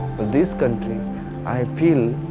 but this country i feel